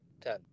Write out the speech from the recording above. ten